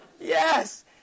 Yes